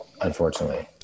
unfortunately